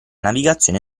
navigazione